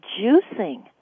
juicing